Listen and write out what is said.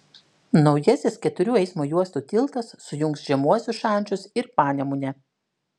naujasis keturių eismo juostų tiltas sujungs žemuosius šančius ir panemunę